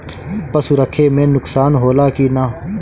पशु रखे मे नुकसान होला कि न?